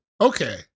Okay